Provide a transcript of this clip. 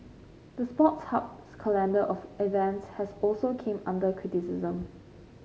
the Sports Hub's calendar of events has also came under criticism